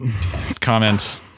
comment